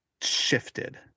shifted